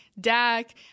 Dak